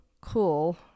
cool